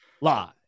live